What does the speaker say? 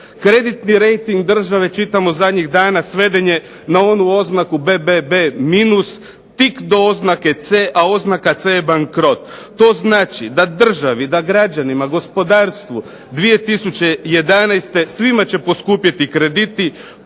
Kreditni rejting države čitamo zadnjih dana sveden je na onu oznaku BBB minus tik do oznake C a oznaka C je bankrot. To znači da državi, da građanima gospodarstvu 2011. svima će poskupjeti krediti,